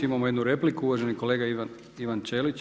Imamo jednu repliku, uvaženi kolega Ivan Ćelić.